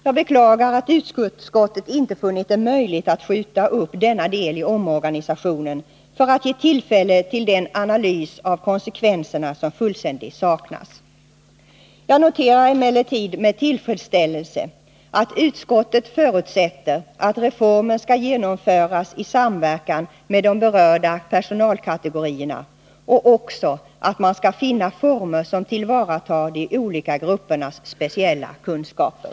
Jag beklagar att utskottet inte funnit det möjligt att skjuta upp denna del i omorganisationen för att ge tillfälle till den analys av konsekvenserna som fullständigt saknas. Jag noterar emellertid med tillfredsställelse att utskottet förutsätter att reformen skall genomföras i samverkan med de berörda personalkategorierna och också att man skall finna former som tillvaratar de olika gruppernas speciella kunskaper.